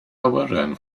awyren